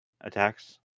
attacks